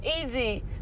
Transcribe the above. easy